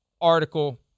article